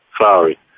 Sorry